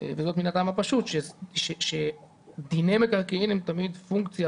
וזאת מן הטעם הפשוט שדיני מקרקעין הם תמיד פונקציה,